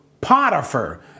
Potiphar